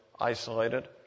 isolated